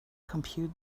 compute